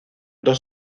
dos